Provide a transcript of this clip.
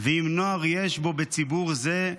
ואם נוער יש בו בציבור זה,